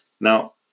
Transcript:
Now